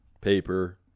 paper